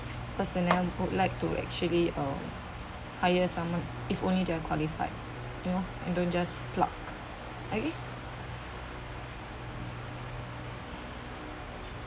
personnel would like to actually um hire someone if only they are qualified you know you don't just pluck okay